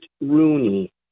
Rooney